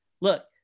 look